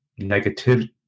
negativity